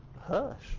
hush